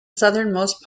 southernmost